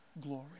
glory